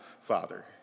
Father